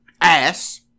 Ass